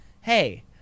Hey